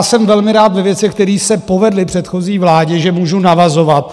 Jsem velmi rád, že ve věcech, které se povedly předchozí vládě, můžu navazovat.